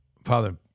Father